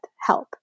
help